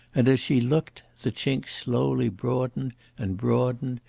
and as she looked, the chink slowly broadened and broadened,